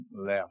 left